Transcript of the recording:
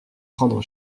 prendre